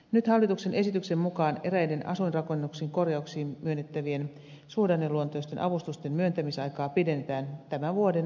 nyt hallituksen esityksen mukaan eräiden asuinrakennusten korjauksiin myönnettävien suhdanneluontoisten avustusten myöntämisaikaa pidennetään tämän vuoden elokuuhun saakka